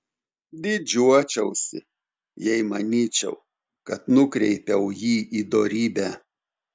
didžiuočiausi jei manyčiau kad nukreipiau jį į dorybę